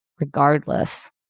regardless